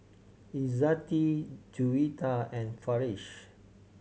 Izzati Juwita and Farish